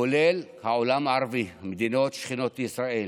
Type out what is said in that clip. כולל העולם הערבי, מדינות שכנות לישראל,